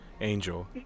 Angel